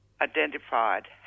identified